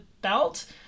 belt